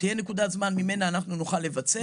שתהיה נקודת זמן שממנה נוכל לבצע.